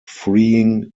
freeing